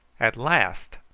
at last,